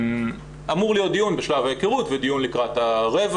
אמור להיות דיון בשלב ההיכרות ודיון לקראת ה-1/4